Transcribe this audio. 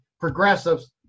progressives